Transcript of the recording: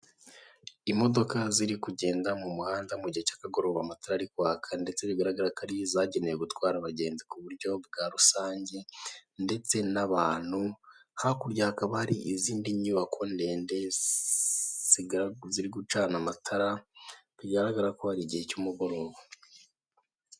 Umuhanda wa kaburimbo urimo imodoka ifite irangi ry'ubururu ihetse imizigo, imbere yayo hariho igare ndetse n'ipikipiki. Iruhande rw'imihanda hateyeho ibiti birebire.